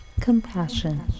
compassion